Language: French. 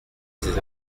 ces